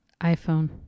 iPhone